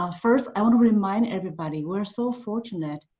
um first i want to remind everybody, we're so fortunate,